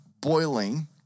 boiling